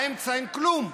באמצע אין כלום.